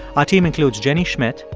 our team includes jenny schmidt,